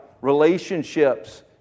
Relationships